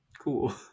Cool